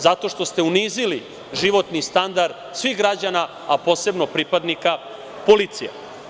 Zato što ste unizili životni standard svih građana, a posebno pripadnika policije.